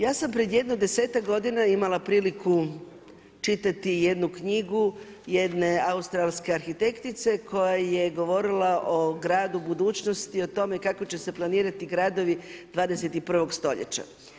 Ja sam pred jedno 10-ak godina imala priliku čitati jednu knjigu, jedne australske arhitektice koja je govorila o gradu budućnosti, o tome kako će se planirati gradovi 21. stoljeća.